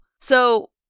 So-